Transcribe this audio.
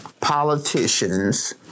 politicians